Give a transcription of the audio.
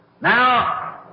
Now